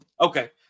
Okay